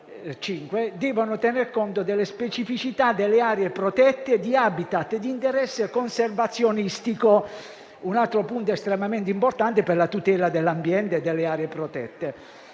devono tener conto delle specificità delle aree protette e di *habitat* di interesse conservazionistico. Si tratta di un altro punto estremamente importante per la tutela dell'ambiente e delle aree protette.